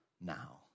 now